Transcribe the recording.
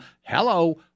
hello